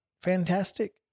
fantastic